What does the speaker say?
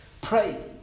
Pray